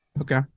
okay